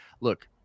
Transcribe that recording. look